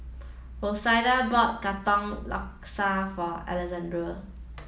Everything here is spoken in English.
Rashida bought Katong Laksa for Alexandrea